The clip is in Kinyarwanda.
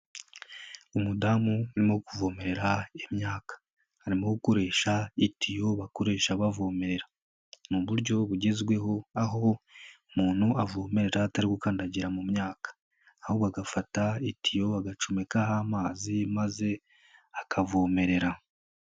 Umudamu urimo kuvomerera imyaka arimo gukoresha itiyo bakoresha bavomerera, ni uburyo bugezweho aho umuntu avomerera atari gukandagira mu myaka, ahubwo agafata itiyo agacomekaho amazi maze akavomerera.